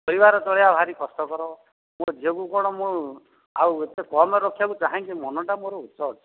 ପରିବାର ଚଳେଇବା ଭାରି କଷ୍ଟକର ମୋ ଝିଅକୁ କ'ଣ ମୁଁ ଆଉ ଏତେ କମ୍ରେ ରଖିବାର ଚାହେଁ କି ମନଟା ମୋର ଉଚ୍ଚ ଅଛି